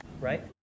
right